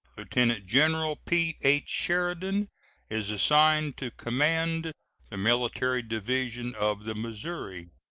lieutenant-general p h. sheridan is assigned to command the military division of the missouri.